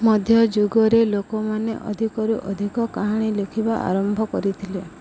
ମଧ୍ୟଯୁଗରେ ଲୋକମାନେ ଅଧିକରୁ ଅଧିକ କାହାଣୀ ଲେଖିବା ଆରମ୍ଭ କରିଥିଲେ